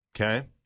okay